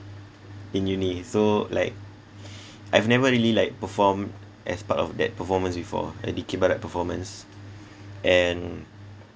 in uni so like I've never really like performed as part of that performance before a dikir barat performance and